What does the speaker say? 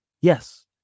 Yes